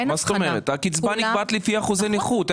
הקצבה נקבעת לפי אחוזי נכות.